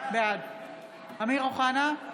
בעד אמיר אוחנה,